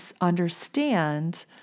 understand